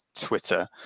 Twitter